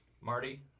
Marty